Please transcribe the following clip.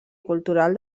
cultural